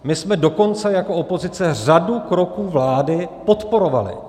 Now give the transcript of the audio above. My jsme dokonce jako opozice řadu kroků vlády podporovali.